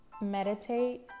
Meditate